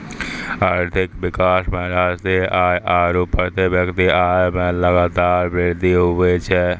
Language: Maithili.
आर्थिक विकास मे राष्ट्रीय आय आरू प्रति व्यक्ति आय मे लगातार वृद्धि हुवै छै